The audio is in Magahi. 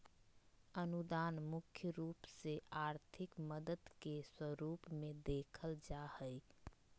अनुदान मुख्य रूप से आर्थिक मदद के स्वरूप मे देखल जा हय